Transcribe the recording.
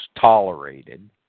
tolerated